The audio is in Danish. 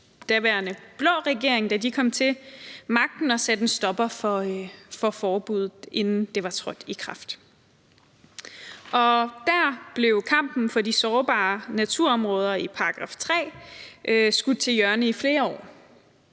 daværende blå regering, da de kom til magten, sat en stopper for forbuddet, inden det var trådt i kraft. Der blev kampen for de sårbare naturområder i § 3 skudt til hjørne i flere år,